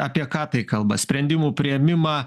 apie ką tai kalba sprendimų priėmimą